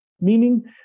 meaning